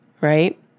right